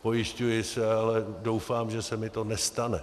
Pojišťuji se, ale doufám, že se mi nestane.